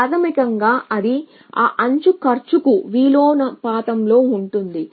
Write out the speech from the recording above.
ప్రాథమికంగా అది ఆ అంచు కాస్ట్ కు విలోమానుపాతంలో ఉంటుంది